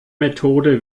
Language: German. methode